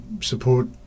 support